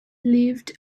lived